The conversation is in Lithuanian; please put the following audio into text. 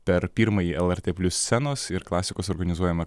per pirmąjį lrt plius scenos ir klasikos organizuojamą